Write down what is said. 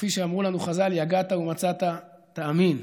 וכפי שאמרו לנו חז"ל: יגעת ומצאת, תאמין,